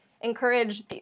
encourage